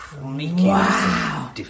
Wow